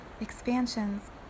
expansions